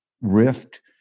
rift